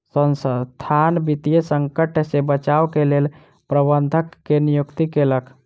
संसथान वित्तीय संकट से बचाव के लेल प्रबंधक के नियुक्ति केलक